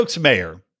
mayor